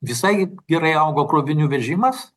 visai gerai augo krovinių vežimas